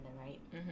right